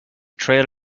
trail